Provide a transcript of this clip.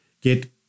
get